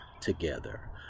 together